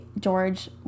George